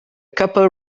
couple